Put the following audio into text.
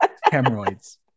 hemorrhoids